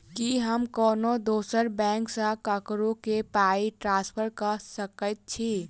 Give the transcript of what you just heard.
की हम कोनो दोसर बैंक सँ ककरो केँ पाई ट्रांसफर कर सकइत छि?